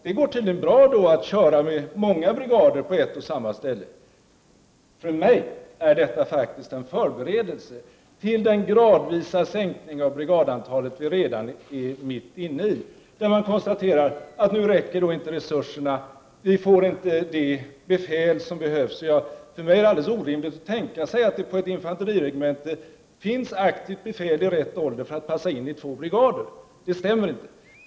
Det går tydligen bra att köra med flera brigader på ett och samma ställe. För mig är detta faktiskt en förberedelse för den gradvisa sänkning av brigadantalet som vi redan nu är mitt inne i. Man konstaterar att resurserna inte räcker, vi får inte det befäl som behövs. För mig är det alldeles orimligt att tänka sig att på ett infanteriregemente finns aktivt befäl i rätt ålder för att passa in i två brigader. Det stämmer inte.